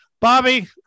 bobby